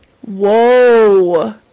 Whoa